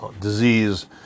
disease